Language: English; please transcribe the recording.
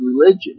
religion